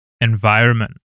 environment